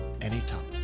anytime